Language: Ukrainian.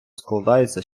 складаються